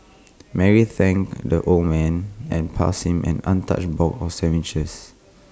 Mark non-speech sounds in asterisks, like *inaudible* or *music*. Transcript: *noise* Mary's thanked the old man and passed him an untouched box of sandwiches